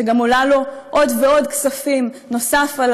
שגם עולה עוד ועוד כספים נוסף על